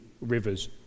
rivers